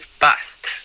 bust